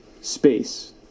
space